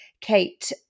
Kate